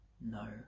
no